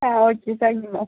ആ ഒക്കെ താങ്ക്യൂ മാം